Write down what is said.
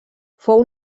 fou